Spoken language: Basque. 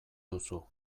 duzu